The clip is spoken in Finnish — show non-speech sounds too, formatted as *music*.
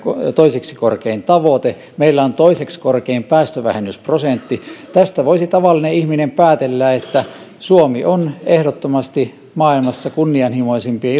toiseksi korkein tavoite meillä on toiseksi korkein päästövähennysprosentti tästä voisi tavallinen ihminen päätellä että suomi on ehdottomasti maailmassa kunnianhimoisimpien *unintelligible*